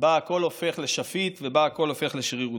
שבה הכול הופך לשפיט ושבה הכול הופך לשרירותי.